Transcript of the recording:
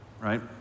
right